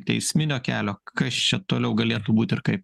teisminio kelio kas čia toliau galėtų būt ir kai